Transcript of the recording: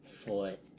foot